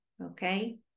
Okay